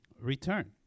return